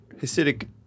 Hasidic